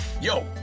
Yo